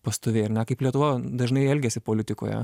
pastoviai ar ne kaip lietuva dažnai elgiasi politikoje